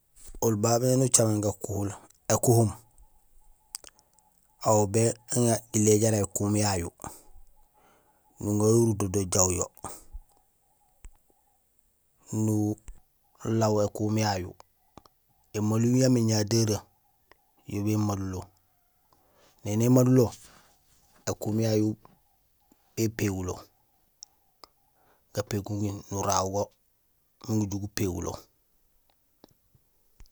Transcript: Oli babé néni ucaméén gakuhul ékuhum, aw béŋa jilé jara ékuhum yayu nuŋa yo urudo jawjo, nulaw ékuhum yayu; émalum yaamé ñadéree yo bé malulo, néni émalulo, ékuhum yayu bépégulo, gapégumi nuraaw go miin guju gupégulo.